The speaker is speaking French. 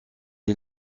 est